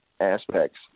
aspects